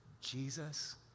Jesus